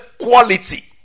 quality